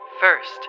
First